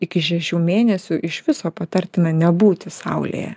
iki šešių mėnesių iš viso patartina nebūti saulėje